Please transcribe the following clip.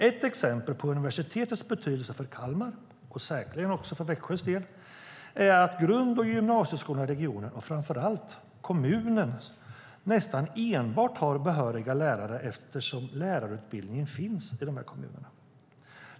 Ett exempel på universitets betydelse för Kalmar, och säkerligen också för Växjö, är att grund och gymnasieskolorna i regionen, och framför allt i kommunerna, nästan enbart har behöriga lärare eftersom lärarutbildning finns i dessa kommuner.